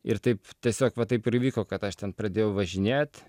ir taip tiesiog va taip ir įvyko kad aš ten pradėjau važinėt